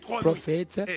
prophets